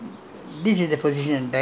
no we have diamond royal